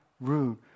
rude